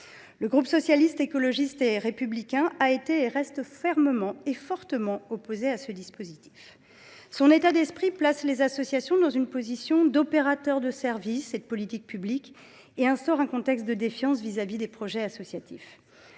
Le groupe Socialiste, Écologiste et Républicain a été et reste fermement et fortement opposé à ce dispositif. Son état d’esprit place les associations dans une position d’opérateurs de services et de politiques publics, et instaure un contexte de défiance vis à vis des projets associatifs.